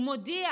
הוא מודיע